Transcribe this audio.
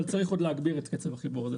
אבל צריך עוד להגביר את קצב החיבור הזה.